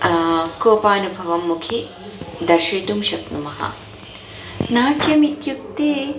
कोपानुभवं मुखे दर्शयितुं शक्नुमः नाट्यम् इत्युक्ते